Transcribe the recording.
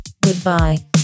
goodbye